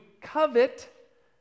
covet